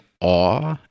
awe